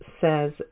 says